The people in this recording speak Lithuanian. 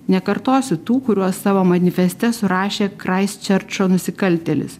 nekartosiu tų kuriuos savo manifeste surašė kraistčerčo nusikaltėlis